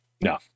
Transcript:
No